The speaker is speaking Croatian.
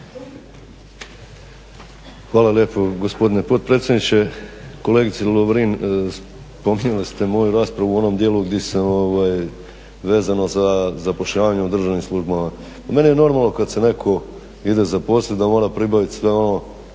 Hvala lijepo gospodine potpredsjedniče. Kolegice Lovrin, spominjali ste moju raspravu u onom dijelu vezano za zapošljavanje u državnim službama. Meni je normalno kad se netko ide zaposlit da mora pribavit sve ono